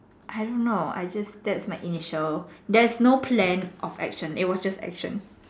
I don't know I just that's my initial there is no plan of action it was just action